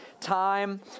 time